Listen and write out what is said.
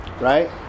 right